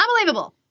Unbelievable